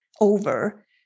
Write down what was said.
over